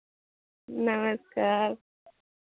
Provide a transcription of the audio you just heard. नमस्कार